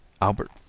Albert